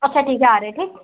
अच्छा ठीक है आ रहे हैं